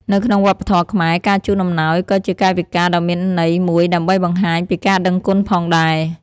នៅក្នុងវប្បធម៌ខ្មែរ ការជូនអំណោយក៏ជាកាយវិការដ៏មានន័យមួយដើម្បីបង្ហាញពីការដឹងគុណផងដែរ។